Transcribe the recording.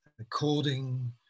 According